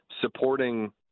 supporting